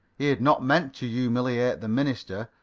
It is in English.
he had not meant to humiliate the minister,